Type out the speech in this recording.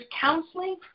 counseling